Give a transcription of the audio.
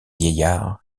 vieillard